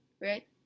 right